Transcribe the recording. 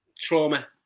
trauma